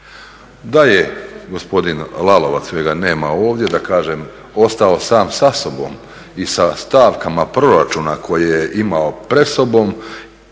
Da je gospodin Lalovac kojega nema ovdje da kažem ostao sam sa sobom i sa stavkama proračuna koje je imao pred sobom,